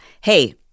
hey